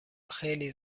خیلی